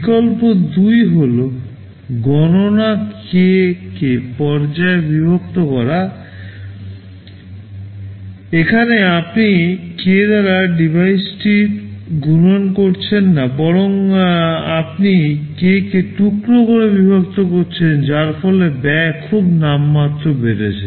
বিকল্প 2 হল গণনা কে K পর্যায়ে বিভক্ত করা এখানে আপনি কে দ্বারা ডিভাইসটির গুণন করছেন না বরং আপনি কে কে টুকরো করে বিভক্ত করছেন যার ফলে ব্যয় খুব নামমাত্র বেড়েছে